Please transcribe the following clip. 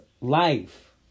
life